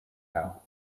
how